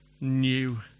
new